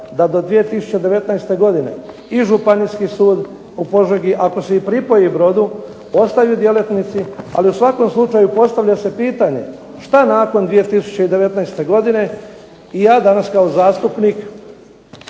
da do 2019. godine i Županijski sud u Požegi ako se i pripoji Brodu ostaju djelatnici. Ali u svakom slučaju postavlja se pitanje što nakon 2019. godine i ja danas kao zastupnik,